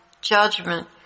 judgment